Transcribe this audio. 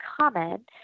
common